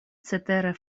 cetere